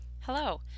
Hello